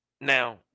Now